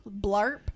blarp